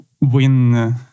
win